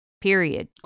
Period